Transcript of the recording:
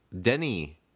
Denny